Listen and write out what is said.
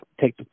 take